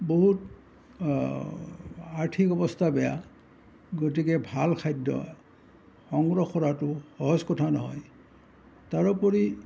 বহুত আৰ্থিক অৱস্থা বেয়া গতিকে ভাল খাদ্য সংগ্ৰহ কৰাটো সহজ কথা নহয় তাৰোপৰি